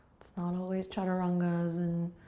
it's not always chaturangas and